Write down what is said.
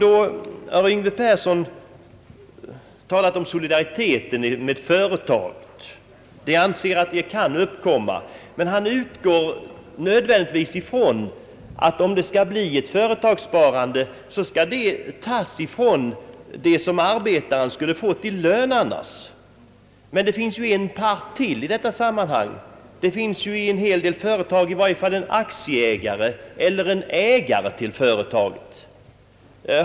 Herr Yngve Persson talade om solidariteten inom ett företag. Han utgår ifrån att pengarna till ett eventuellt företagssparande skall tas från de pengar som arbetarna annars skulle ha fått i lön. Men det finns ju en part till i detta sammanhang. I en hel del företag finns aktieägare eller en ägare till företaget.